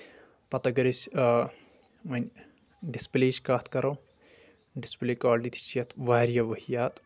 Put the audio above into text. پتہٕ اگر أسۍ ونۍ ڈسپلے یِچ کتھ کرو ڈسپلے کولٹی تہِ چھِ اتھ واریاہ ؤحیات